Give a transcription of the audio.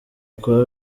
kuba